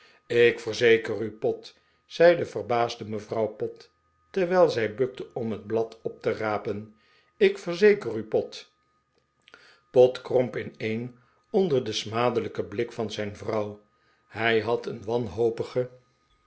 ik verzeker u pott zei de verbaasde mevrouw pott terwijl zij bukte om het blad op te rapen ik verzeker u pott pott kromp ineen onder den smadelijken blik van zijn vrouw hij had een wanhopige